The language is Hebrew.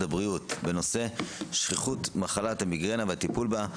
הבריאות בנושא שכיחות המיגרנה והטיפול בה,